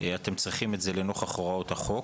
אתם צריכים את זה לנוכח הוראות החוק.